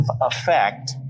effect